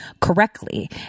correctly